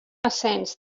ascens